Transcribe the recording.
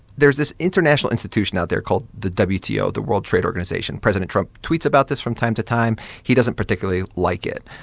there's this international institution out there called the the wto, the world trade organization. president trump tweets about this from time to time. he doesn't particularly like it.